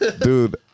Dude